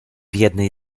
jednej